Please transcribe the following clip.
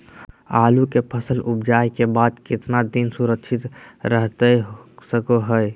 आलू के फसल उपजला के बाद कितना दिन सुरक्षित रहतई सको हय?